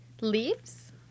leaves